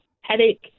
headache